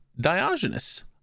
Diogenes